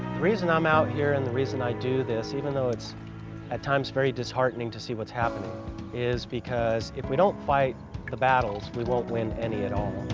reason i'm out here, and the reason i do this even though it's at times very disheartening to see what's happening is because if we don't fight the battles, we won't win any at all.